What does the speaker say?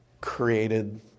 created